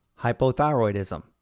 hypothyroidism